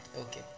Okay